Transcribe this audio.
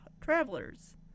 travelers